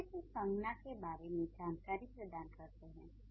विशेषण संज्ञा के बारे में जानकारी प्रदान करते हैं